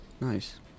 Nice